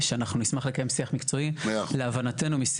שאנחנו נשמח לקיים שיח מקצועי.